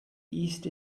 east